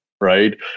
right